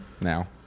now